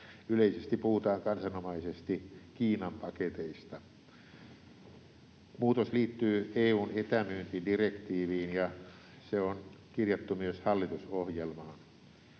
yleisesti puhutaan kansanomaisesti Kiinan-paketeista. Muutos liittyy EU:n etämyyntidirektiiviin, ja se on kirjattu myös hallitusohjelmaan.